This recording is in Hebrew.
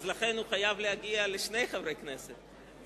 אז לכן הוא חייב להגיע לשני חברי כנסת.